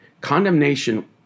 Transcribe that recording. condemnation